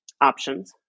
options